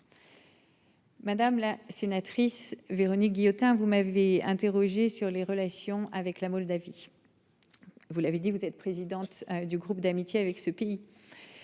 Madame la sénatrice Véronique Guillotin, vous m'avez interrogé sur les relations avec la Moldavie. Vous l'avez dit, vous êtes présidente du groupe d'amitié avec ce pays.